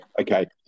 okay